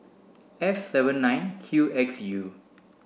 F seven nine Q X U